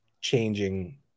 changing